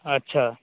अच्छा